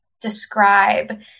describe